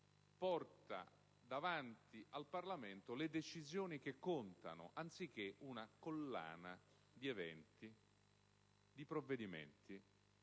porta davanti al Parlamento non le decisioni che contano, ma una collana di eventi e di provvedimenti,